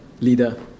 leader